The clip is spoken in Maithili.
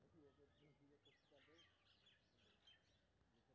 ई सप्ताह गोभी के औसत भाव की रहले?